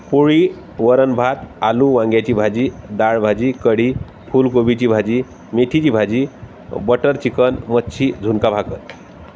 पोळी वरणभात आलू वांग्याची भाजी डाळभाजी कढी फूलकोबीची भाजी मेथीची भाजी बटर चिकन मच्छी झुणका भाकर